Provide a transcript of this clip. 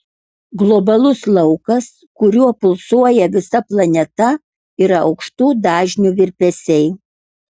globalus laukas kuriuo pulsuoja visa planeta yra aukštų dažnių virpesiai